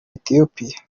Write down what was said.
etiyopiya